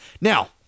Now